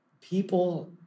people